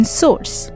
source